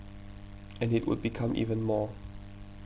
and it would become even more